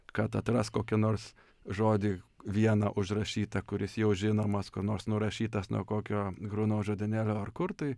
kad atras kokį nors žodį vieną užrašytą kuris jau žinomas kuo nors nurašytas nuo kokio grunau žodynėlio ar kur tai